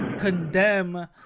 condemn